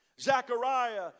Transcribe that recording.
Zechariah